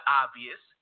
obvious